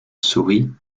souris